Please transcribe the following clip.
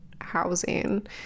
housing